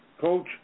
Coach